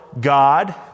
God